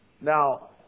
Now